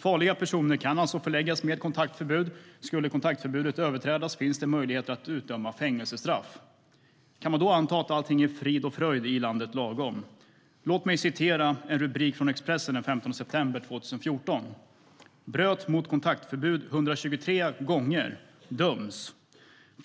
Farliga personer kan alltså föreläggas beslut om kontaktförbud. Skulle kontaktförbudet överträdas finns det möjlighet att utdöma fängelsestraff. Kan man då anta att allt är frid och fröjd i landet lagom? Låt mig återge en rubrik från Expressen den 15 september 2014: "Bröt mot kontaktförbud 123 gånger - döms."